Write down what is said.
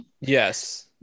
Yes